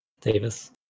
Davis